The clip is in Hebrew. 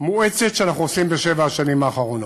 מואצת שאנחנו עושים בשבע השנים האחרונות,